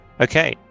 Okay